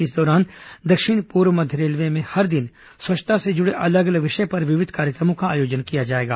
इस दौरान दक्षिण पूर्व मध्य रेलवे में हर दिन स्वच्छता से जुड़े अलग अलग विषय पर विविध कार्यक्रमों का आयोजन किया जाएगा